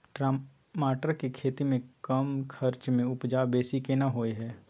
टमाटर के खेती में कम खर्च में उपजा बेसी केना होय है?